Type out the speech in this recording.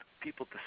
people